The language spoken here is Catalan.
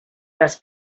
les